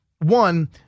one